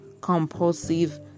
compulsive